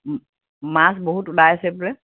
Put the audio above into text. ম মাছ বহুত ওলাই আছে বোলে